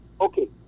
okay